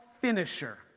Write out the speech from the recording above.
finisher